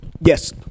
yes